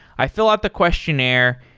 i fill out the questionnaire,